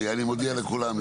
אני מודיע לכולם.